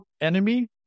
enemy